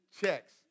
checks